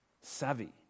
savvy